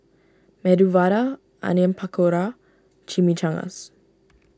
Medu Vada Onion Pakora Chimichangas